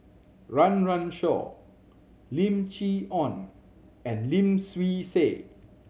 Run Run Shaw Lim Chee Onn and Lim Swee Say